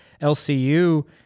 LCU